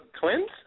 twins